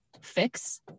fix